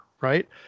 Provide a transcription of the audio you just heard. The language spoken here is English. Right